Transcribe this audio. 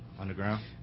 Underground